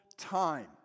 time